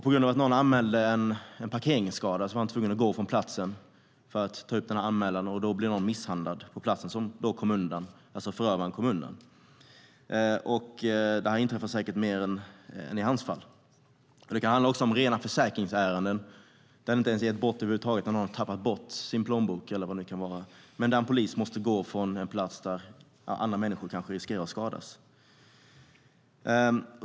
På grund av att någon anmälde en parkeringsskada var han tvungen att gå från platsen för att ta emot den här anmälan. Då blev någon misshandlad, och förövaren kom undan. Det här inträffar säkert i fler än i hans fall. Det kan också handla om rena försäkringsärenden, där det inte är ett brott över huvud taget. Någon kan ha tappat bort sin plånbok eller vad det nu kan vara, och en polis måste gå från en plats där andra människor kanske riskerar att skadas.